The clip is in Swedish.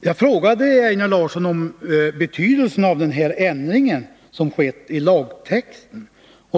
Jag frågade Einar Larsson om betydelsen av den ändring i lagtexten som skett.